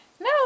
no